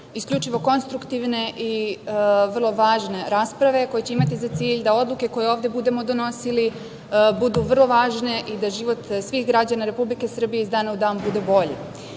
isključivo konstruktivne i vrlo važne rasprave koje će imati za cilj da odluke koje ovde budemo donosili budu vrlo važne i da život svih građana Republike Srbije iz dana u dan bude bolji. Danas